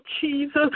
Jesus